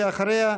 ואחריה,